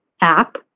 app